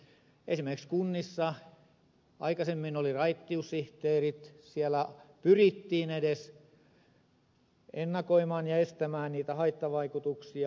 esimerkiksi kunnissa aikaisemmin oli raittiussihteerit siellä pyrittiin edes ennakoimaan ja estämään niitä haittavaikutuksia